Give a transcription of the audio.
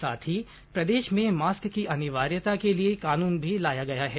साथ ही प्रदेश में मास्क की अनिवार्यता के लिए कानून भी लाया गया है